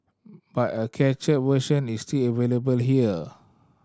but a cached version is still available here